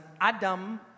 Adam